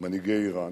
מנהיגי אירן,